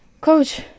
Coach